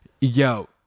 yo